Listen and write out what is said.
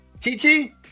Chichi